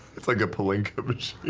it's like a plinko but